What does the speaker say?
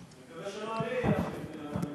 אני מקווה שלא אני עייפתי את אדוני.